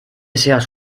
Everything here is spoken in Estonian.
seas